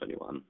2021